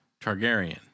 Targaryen